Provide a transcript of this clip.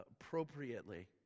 appropriately